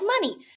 money